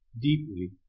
deeply